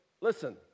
listen